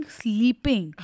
sleeping